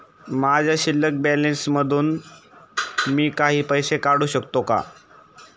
माझ्या शिल्लक बॅलन्स मधून मी काही पैसे काढू शकतो का?